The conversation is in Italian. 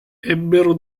ebbero